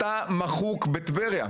אתה מחוק בטבריה.